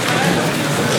המדינה